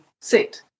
sit